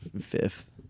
Fifth